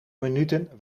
minuten